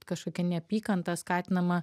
kažkokia neapykanta skatinama